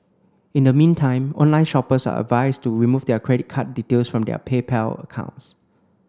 in the meantime online shoppers are advised to remove their credit card details from their PayPal accounts